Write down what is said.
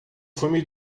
filme